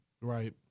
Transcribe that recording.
Right